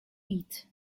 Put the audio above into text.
eat